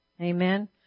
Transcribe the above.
Amen